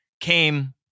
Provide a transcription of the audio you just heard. came